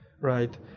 right